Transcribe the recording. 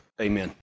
Amen